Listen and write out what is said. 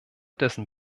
dessen